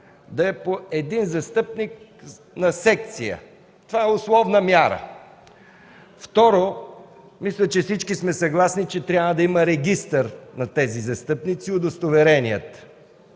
да е по един застъпник на секция. Това е условна мяра. Второ, мисля, че всички сме съгласни, че трябва да има регистър на тези застъпници и удостоверенията.